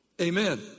Amen